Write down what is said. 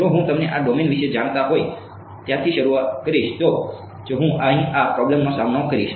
જો હું તમને આ ડોમેન વિશે જાણતા હોય ત્યાંથી શરૂ કરીશ તો જ હું અહીં આ પ્રોબ્લેમ નો સામનો કરીશ